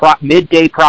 midday